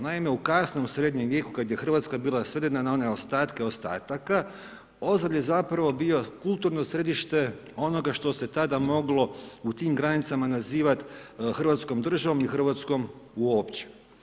Naime, u kasnom srednjem vijeku kada je Hrvatska bila svedena na one ostatke ostataka Ozalj je zapravo bio kulturno središte onoga što se tada moglo u tim granicama nazivati Hrvatskom državom i Hrvatskom uopće.